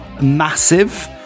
massive